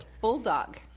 bulldog